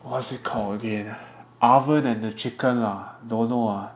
what is it called again oven and the chicken lah dunno ah